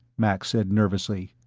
max said nervously.